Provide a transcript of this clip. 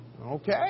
Okay